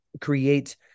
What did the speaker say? create